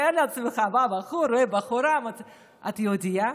תתאר לעצמך, בא בחור, רואה בחורה: את יהודייה?